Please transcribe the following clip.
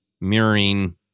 mirroring